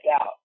out